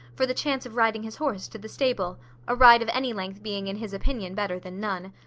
for the chance of riding his horse to the stable a ride of any length being in his opinion better than none.